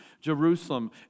Jerusalem